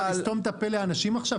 את רוצה לסתום את הפה לאנשים עכשיו?